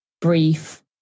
brief